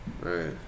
Right